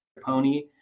pony